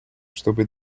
чтобы